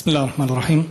בסם אללה א-רחמאן א-רחים.